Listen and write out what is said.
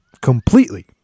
completely